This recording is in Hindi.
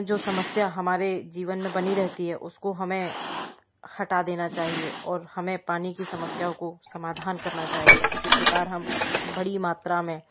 जो समस्या हमारे जीवन में बनी रहती है उसको हमें हटा देना चाहिए और हमें पानी की समस्याओं को समाधान करना चाहिए इसी प्रकार हम बड़ी मात्रा में